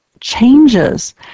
changes